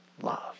love